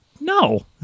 no